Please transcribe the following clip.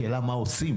השאלה מה עושים?